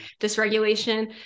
dysregulation